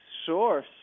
Sure